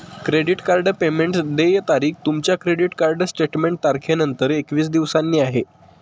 credit card payment देय तारीख तुमच्या क्रेडिट कार्ड स्टेटमेंट तारखेनंतर एकवीस दिवसांनी आहे